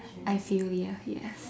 I feel you yes